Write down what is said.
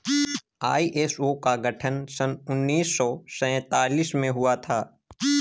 ISO का गठन सन उन्नीस सौ सैंतालीस में हुआ था